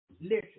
Listen